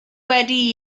wedi